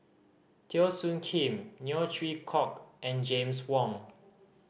Teo Soon Kim Neo Chwee Kok and James Wong